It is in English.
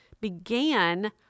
began